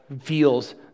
feels